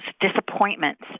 disappointments